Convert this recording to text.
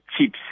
chips